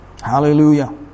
Hallelujah